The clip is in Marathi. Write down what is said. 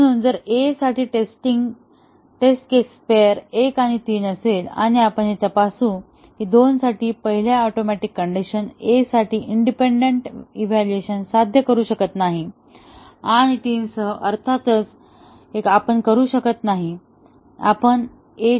म्हणून जर A साठी टेस्टिंग केस पेअर 1 आणि 3 असेल आणि आपण हे तपासू की 2 साठी आपण पहिल्या ऍटोमिक कण्डिशन A साठी इंडिपेंडंट इव्हॅल्युएशन साध्य करू शकत नाही आणि 3 सह अर्थातच 1 पण करू शकत नाही